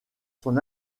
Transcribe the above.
son